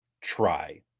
try